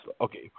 Okay